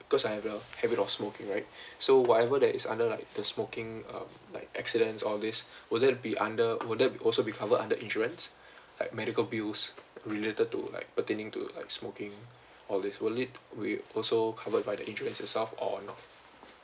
because I have the habit of smoking right so whatever that is under like the smoking um like accidents all this would it be under would that would also be covered under insurance like medical bills related to like pertaining to like smoking all this will it be also covered by the insurance itself or not